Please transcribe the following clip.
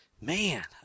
man